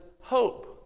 hope